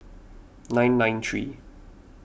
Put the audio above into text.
nine nine three